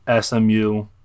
SMU